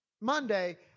Monday